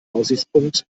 aussichtspunkt